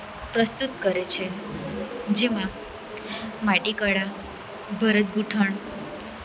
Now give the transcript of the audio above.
પ્રસ્તુત કરે છે જેમાં માટીકળા ભરતગુંથણ